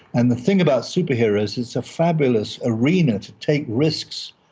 and the thing about superheroes is it's a fabulous arena to take risks.